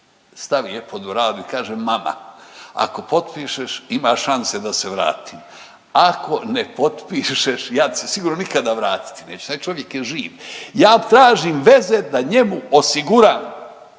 stavi je pod bradu i kaže mama, ako potpišeš ima šanse da se vratim. Ako ne potpišeš ja ti se sigurno vratiti neću. Taj čovjek je živ. Ja tražim veze da njemu osiguram,